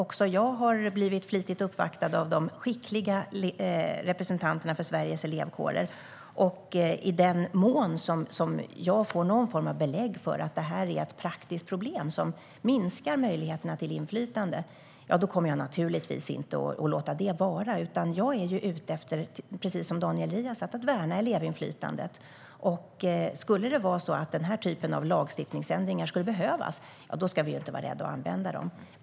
Även jag har blivit flitigt uppvaktad av de skickliga representanterna för Sveriges Elevkårer, och om jag får någon form av belägg för att detta är ett praktiskt problem som minskar möjligheterna till inflytande kommer jag naturligtvis inte att låta det vara. Jag är, precis som Daniel Riazat, ute efter att värna elevinflytandet. Skulle det vara så att denna typ av lagstiftningsändringar behövs ska vi inte vara rädda att göra dem.